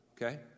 Okay